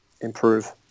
improve